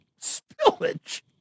Spillage